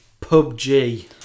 PUBG